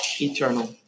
eternal